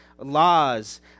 laws